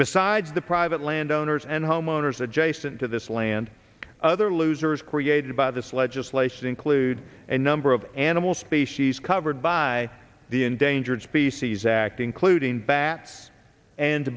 besides the private land owners and homeowners adjacent to this land other losers created by this legislation include a number of animal species covered by the endangered species act including bats and